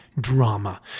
drama